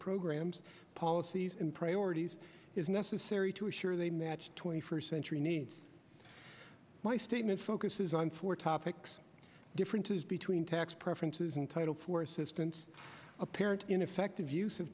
programs policies and priorities is necessary to assure them that twenty first century needs my statement focuses on four topics differences between tax preferences and title for assistance apparent ineffective use of